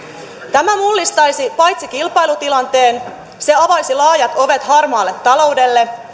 tämä mullistaisi kilpailutilanteen se avaisi laajat ovet harmaalle taloudelle